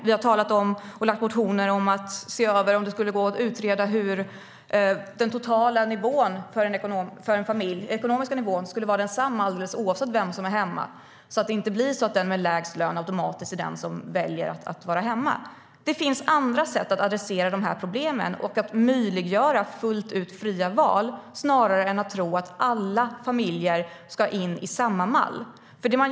Vi har talat om och väckt motioner om att se över om det skulle gå att utreda hur den totala ekonomiska nivån för en familj skulle vara densamma alldeles oavsett vem som är hemma, så att det inte blir så att den med lägst lön automatiskt väljer att vara hemma. Det finns andra sätt att åtgärda de här problemen och att möjliggöra fullt ut fria val snarare än att säga att alla familjer ska in i samma mall.